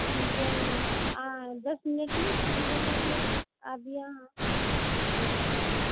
जब आ डेफ़िनेटिली पंद्रह मिनट मे आबियौ अहाँ बुक देब अहाँकेॅ